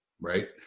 right